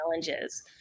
challenges